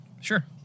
sure